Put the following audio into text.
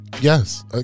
Yes